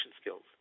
skills